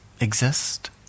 exist